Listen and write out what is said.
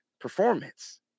performance